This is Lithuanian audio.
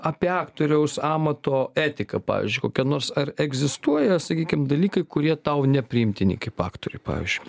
apie aktoriaus amato etiką pavyzdžiui kokia nors ar egzistuoja sakykim dalykai kurie tau nepriimtini kaip aktoriui pavyzdžiui